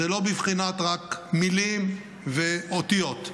זה לא בבחינת רק מילים ואותיות.